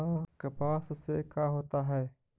कपास से का होता है?